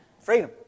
Freedom